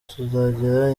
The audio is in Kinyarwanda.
tuzagira